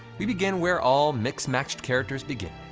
we begin where all mix-matched characters begin.